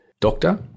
doctor